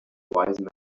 wise